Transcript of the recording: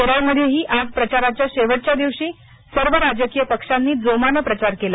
केरळ मधेही आज प्रचाराच्या शेवटच्या दिवशी सर्व राजकीय पक्षांनी जोमाने प्रचार केला